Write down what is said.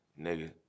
nigga